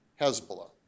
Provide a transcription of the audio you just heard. Hezbollah